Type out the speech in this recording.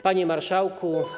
Panie Marszałku!